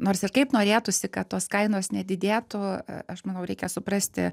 nors ir kaip norėtųsi kad tos kainos nedidėtų aš manau reikia suprasti